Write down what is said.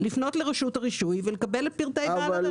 לפנות לרשות הרישוי ולקבל את פרטי בעל הרכב.